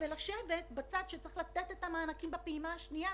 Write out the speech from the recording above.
ולשבת בצד שצריך לתת את המענקים בפעימה השנייה.